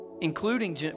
including